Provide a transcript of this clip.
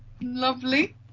Lovely